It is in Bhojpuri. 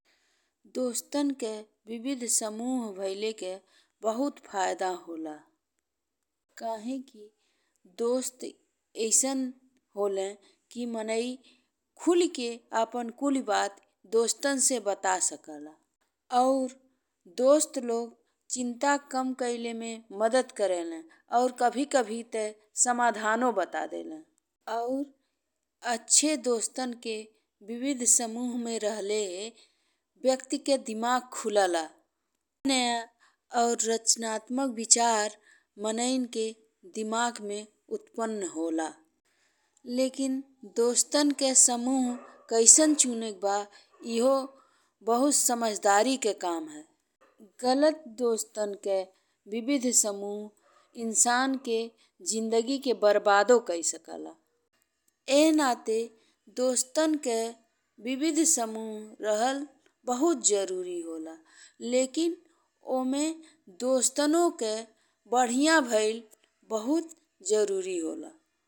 दोस्तन के विविध समूह भइले के बहुत फायदा होला, काहे कि दोस्त अइसन होले कि माने खुली के आपन कुल बात दोस्तन से बता सकला। और दोस्त लोग चिंता कम कईले में मदद करेलें और कभी कभी ते समाधान बता देले और अच्छे दोस्तन के विविध समूह में रहल व्यक्ति के दिमाग खुलेला। नया और रचनात्मक विचार मानेन के दिमाग में उत्पन्न होला। लेकिन दोस्तन के समूह कैसन चुनल बा एहो बहुत समझदारी के काम है। गलत दोस्तन के विविध समूह इंसान के जिंदगी के बर्बादो कइ सकेला। एह बाते दोस्तन के विविध समूह रहल बहुत जरूरी होला लेकिन ओमें दोस्तनो के बढ़िया भइल बहुत जरूरी होला।